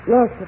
Yes